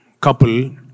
couple